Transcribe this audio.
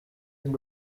red